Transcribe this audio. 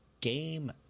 game